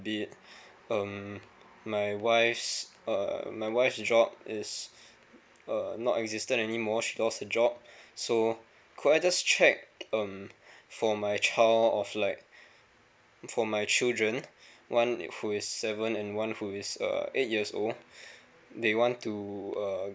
bit um my wife's uh my wife's job is uh not existence anymore she lost her job so could I just check um for my child of like for my children one who is seven and one who is uh eight years old they want to uh